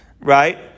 right